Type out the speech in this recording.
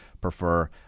prefer